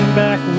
back